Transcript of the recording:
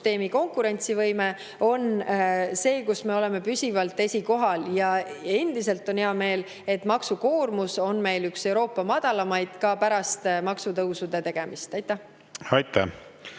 konkurentsivõime on see, mille poolest me oleme püsivalt esikohal. Endiselt on hea meel, et maksukoormus on meil üks Euroopa madalamaid ka pärast maksutõusude tegemist. Aitäh!